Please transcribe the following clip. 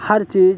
हर चीज़